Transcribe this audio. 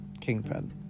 Kingpin